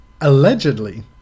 allegedly